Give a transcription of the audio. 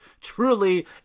Truly